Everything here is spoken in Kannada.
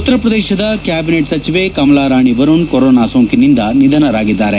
ಉತ್ತರ ಪ್ರದೇಶದ ಕ್ಲಾಬಿನೆಟ್ ಸಚಿವೆ ಕಮಲಾ ರಾಣಿ ವರುಣ್ ಕೊರೊನಾ ಸೋಂಕಿನಿಂದ ನಿಧನರಾಗಿದ್ದಾರೆ